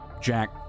Jack